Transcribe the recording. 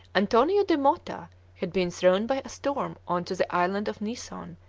antonio de mota had been thrown by a storm on to the island of nison,